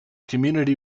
community